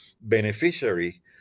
beneficiary